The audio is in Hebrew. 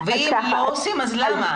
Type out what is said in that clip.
ואם לא עושים אז למה?